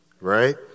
right